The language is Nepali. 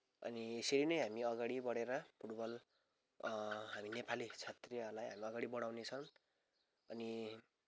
अनि यसरी नै हामी अगाडि बढेर फुटबल हामी नेपाली क्षत्रीयहरूलाई अगाडि बढाउने छन् अनि